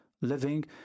living